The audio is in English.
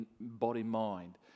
body-mind